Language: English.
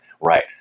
Right